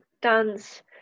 dance